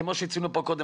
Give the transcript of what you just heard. כמו שציינו פה קודם,